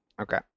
Okay